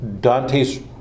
Dante's